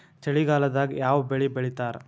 ಚಳಿಗಾಲದಾಗ್ ಯಾವ್ ಬೆಳಿ ಬೆಳಿತಾರ?